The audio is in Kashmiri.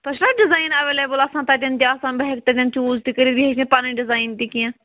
تۄہہِ چھِو ڈِزایِن اٮ۪ویلیبل آسان تَتٮ۪ن تہِ آسان بہٕ ہٮ۪کہٕ تَتین چوٗز تہِ کٔرِتھ یہِ ہیٚکہِ مےٚ پَنٕنۍ ڈِزایِن تہِ کینٛہہ